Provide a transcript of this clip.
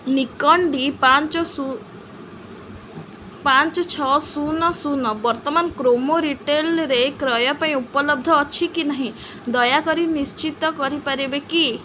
Nikon D ପାଞ୍ଚ ପାଞ୍ଚ ଛଅ ଶୂନ ଶୂନ ବର୍ତ୍ତମାନ କ୍ରୋମା ରିଟେଲ୍ରେ କ୍ରୟ ପାଇଁ ଉପଲବ୍ଧ ଅଛି କି ନାହିଁ ଦୟାକରି ନିଶ୍ଚିତ କରିପାରିବେ କି